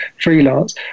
freelance